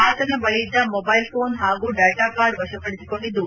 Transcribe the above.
ಆತನ ಬಳಿಯಿದ್ದ mobile phone ಹಾಗೂ ಡಾಟಾ ಕಾರ್ಡ್ ವಶಪಡಿಸಿಕೊಂಡಿದ್ದು